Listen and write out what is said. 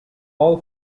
all